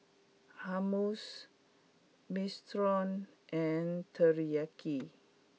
Hummus Minestrone and Teriyaki